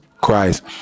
Christ